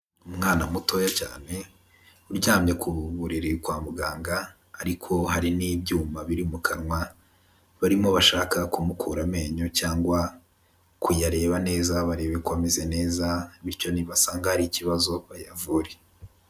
Umwana mutoya cyane, uryamye ku buriri kwa muganga, ariko hari n'ibyuma biri mu kanwa, barimo bashaka kumukura amenyo, cyangwa kuyareba neza barebe ko ameze neza, bityo nibasanga hari ikibazo bayavure.